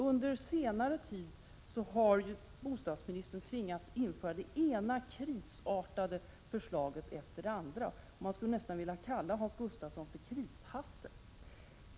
Under senare tid har bostadsministern nämligen tvingats införa det ena krisartade förslaget efter det andra — jag skulle nästan vilja kalla honom för Kris-Hasse.